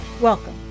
Welcome